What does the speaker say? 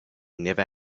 never